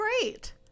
Great